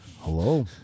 Hello